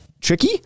tricky